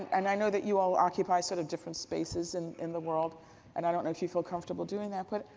and i know that you all occupy sort of different spaces and in the world and i don't know if you feel comfortable doing that. but,